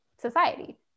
society